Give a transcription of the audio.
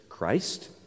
Christ